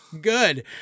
good